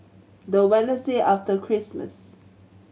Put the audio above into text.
the Wednesday after Christmas